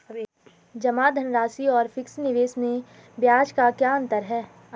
जमा धनराशि और फिक्स निवेश में ब्याज का क्या अंतर है?